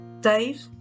Dave